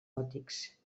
gòtics